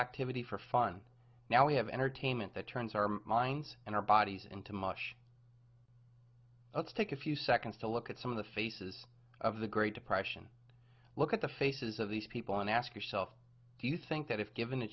activity for fun now we have entertainment that turns our minds and our bodies into mush let's take a few seconds to look at some of the faces of the great depression look at the faces of these people and ask yourself do you think that if given a